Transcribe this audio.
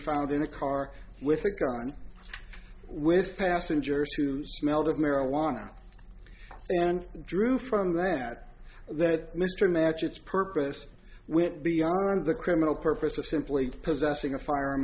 found in a car with a gun with passengers who smelled of marijuana and drew from that that mr match its purpose went beyond the criminal purpose of simply possessing a fire